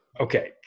okay